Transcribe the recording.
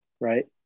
right